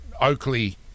Oakley